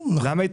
למה?